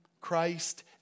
Christ